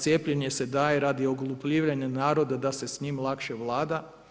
Cijepljenje se daje radi oglupljivanja naroda da se s njim lakše vlada.